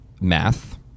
math